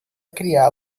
criá